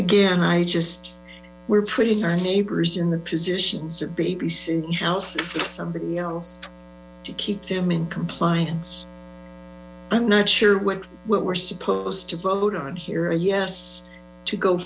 again i just we're putting our neighbors in the positions of baby sitting houses or somebody else to keep them in compliant i'm not sure what what we're supposed to vote on here a yes to go